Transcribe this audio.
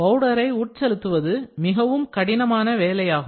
பவுடரை உட் செலுத்துவது மிகவும் கடினமான வேலையாகும்